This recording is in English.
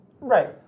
Right